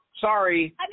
sorry